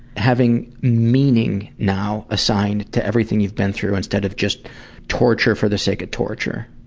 having meaning now assigned to everything you've been through, instead of just torture for the sake of torture.